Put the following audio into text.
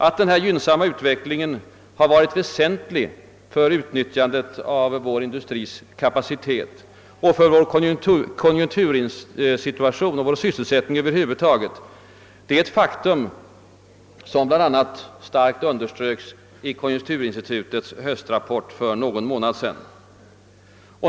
Att denna för oss gynnsamma utveckling har varit väsentlig för utnyttjandet av vår industris kapacitet och för vår konjunktursituation och sysselsättning över huvud taget är ett faktum som bl.a. starkt underströks i konjunkturinstitutets höstrapport för någon månad sedan.